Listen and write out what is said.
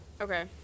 okay